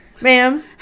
Ma'am